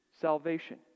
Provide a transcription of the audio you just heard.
salvation